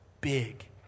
big